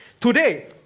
Today